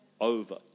over